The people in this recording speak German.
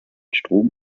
strom